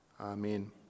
Amen